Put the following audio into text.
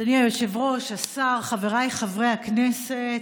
אדוני היושב-ראש, השר, חבריי חברי הכנסת,